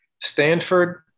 Stanford